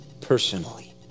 personally